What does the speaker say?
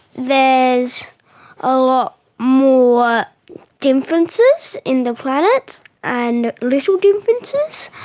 there's a lot more differences in the planets and little differences.